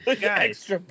Guys